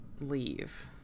leave